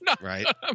right